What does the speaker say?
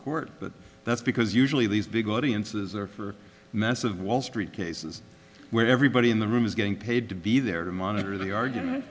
court but that's because usually these big audiences are for massive wall street cases where everybody in the room is getting paid to be there to monitor the argument